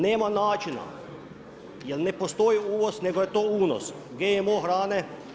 Nema načina, jer ne postoji uvoz, nego je to unos GMO hrane.